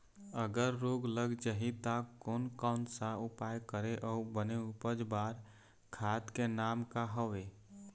अगर रोग लग जाही ता कोन कौन सा उपाय करें अउ बने उपज बार खाद के नाम का हवे?